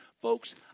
Folks